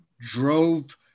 drove